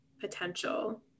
potential